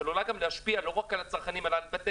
שעלולה גם להשפיע לא רק על הצרכנים אלא על בתי